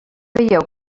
veieu